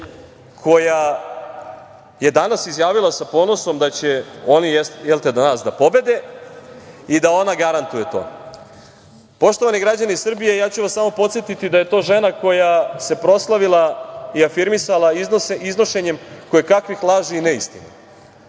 koja je danas izjavila sa ponosom da će oni nas da pobede i da ona garantuje to. Poštovani građani Srbije, ja ću vas samo podsetiti da je to žena koja se proslavila i afirmisala iznošenjem kojekakvih laži i neistina,